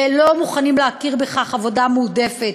ולא מוכנים להכיר בכך כעבודה מועדפת.